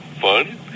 fun